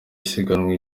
isiganwa